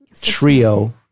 trio